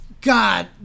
God